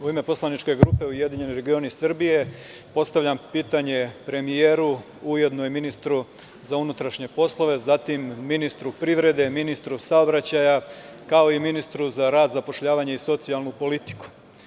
U ime poslaničke grupe URS postavljam pitanje premijeru, ujedno i ministru za unutrašnje poslove, ministru privrede, ministru saobraćaja, kao i ministru za rad, zapošljavanje i socijalnu politiku.